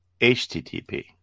HTTP